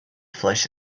flesh